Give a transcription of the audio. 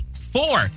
Four